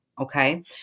Okay